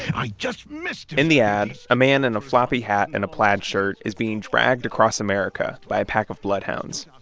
i just missed him in the ad, a man in a floppy hat and a plaid shirt is being dragged across america by a pack of bloodhounds.